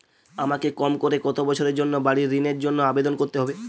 আমাকে কম করে কতো বছরের জন্য বাড়ীর ঋণের জন্য আবেদন করতে হবে?